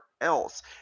else